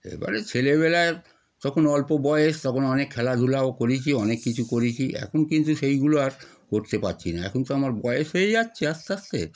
এবারে ছেলেবেলায় যখন অল্প বয়স তখন অনেক খেলাধুলাও করেছি অনেক কিছু করেছি এখন কিন্তু সেইগুলো আর করতে পারছি না এখন তো আমার বয়স হয়ে যাচ্ছে আস্তে আস্তে